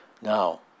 Now